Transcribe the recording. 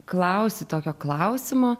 klausti tokio klausimo